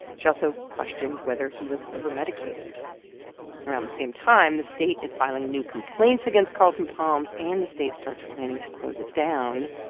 she also questioned whether he was overmedicated around the same time, the state is filing new complaints against carlton palms, and the state starts planning to close it down.